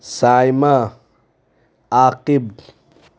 Saima Aqib